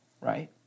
Right